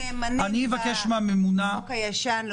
כי החוק הזה לא חוקק.